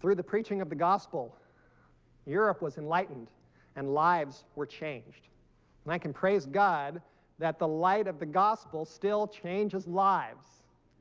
through the preaching of the gospel europe was enlightened and lives were changed and i can praise god that the light of the gospel still changes lives